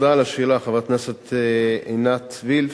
תודה על השאלה, חברת הכנסת עינת וילף.